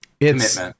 Commitment